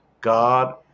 God